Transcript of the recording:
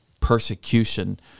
persecution